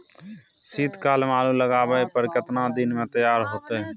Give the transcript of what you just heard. शीत काल में आलू लगाबय पर केतना दीन में तैयार होतै?